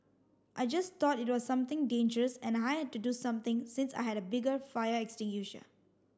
I just thought it was something dangerous and I had to do something since I had a bigger fire extinguisher